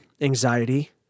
anxiety